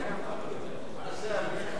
מה זה "הליך דתי"?